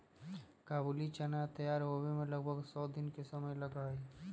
काबुली चना तैयार होवे में लगभग सौ दिन के समय लगा हई